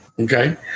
Okay